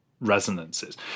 resonances